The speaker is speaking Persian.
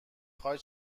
خوای